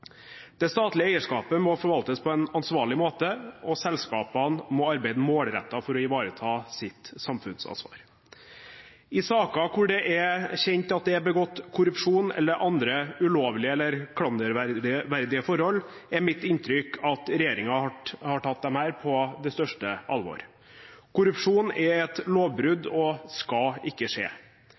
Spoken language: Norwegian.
Det statlige eierskapet må forvaltes på en ansvarlig måte, og selskapene må arbeide målrettet for å ivareta sitt samfunnsansvar. I saker hvor det er kjent at det har skjedd korrupsjon eller andre ulovlige eller klanderverdige forhold, er mitt inntrykk at regjeringen har tatt det på det største alvor. Korrupsjon er et lovbrudd og skal ikke skje.